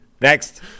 Next